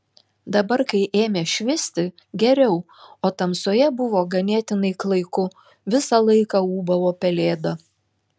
dabar kai ėmė švisti geriau o tamsoje buvo ganėtinai klaiku visą laiką ūbavo pelėda